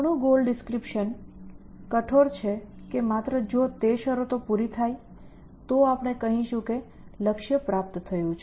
આપણું goal description કઠોર છે કે માત્ર જો તે શરતો પૂરી થાય તો આપણે કહીશું કે લક્ષ્ય પ્રાપ્ત થયું છે